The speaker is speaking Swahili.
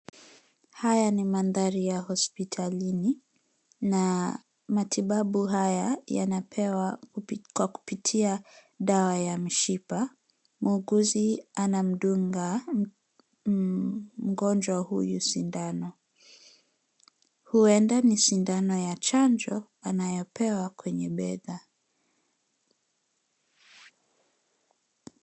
Haya ni mandhari ya hospitalini na matibabu haya yanapewa kwa kupitia dawa ya mishipa. Muuguzi anamdunga mgonjwa huyu sindano. Huenda ni sindano ya chanjo anayopewa kwenye bega.